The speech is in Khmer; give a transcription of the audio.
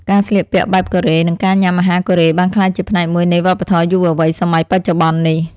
ការស្លៀកពាក់បែបកូរ៉េនិងការញ៉ាំអាហារកូរ៉េបានក្លាយជាផ្នែកមួយនៃវប្បធម៌យុវវ័យសម័យបច្ចុប្បន្ននេះ។